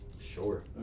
Sure